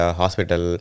hospital